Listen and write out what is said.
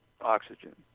oxygen